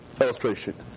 illustration